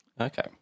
okay